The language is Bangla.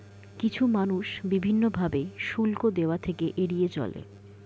কিছু মানুষ বিভিন্ন ভাবে শুল্ক দেওয়া থেকে এড়িয়ে চলে